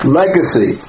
legacy